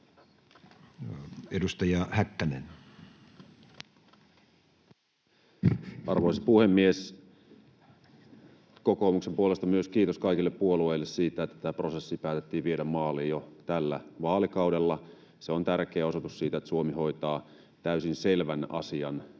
15:01 Content: Arvoisa puhemies! Kokoomuksen puolesta myös kiitos kaikille puolueille siitä, että tämä prosessi päätettiin viedä maaliin jo tällä vaalikaudella. Se on tärkeä osoitus siitä, että Suomi hoitaa täysin selvän asian omalta